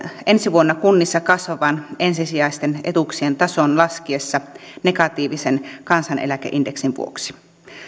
ensi vuonna kunnissa kasvavan ensisijaisten etuuksien tason laskiessa negatiivisen kansaneläkeindeksin vuoksi